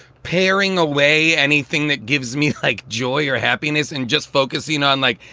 paring away anything that gives me, like, joy or happiness and just focusing on, like,